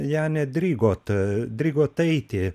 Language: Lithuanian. janę drigot drigotaitė